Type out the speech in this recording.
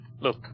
look